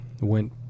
went